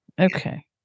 okay